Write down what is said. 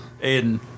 Aiden